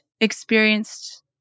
experienced